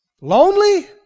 Lonely